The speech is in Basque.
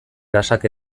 gasak